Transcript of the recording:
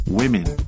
women